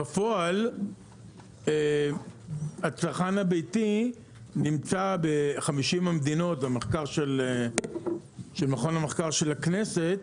בפועל הצרכן הביתי נמצא ב-50 המדינות במחקר של מכון המחקר של הכנסת,